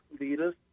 leaders